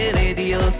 radio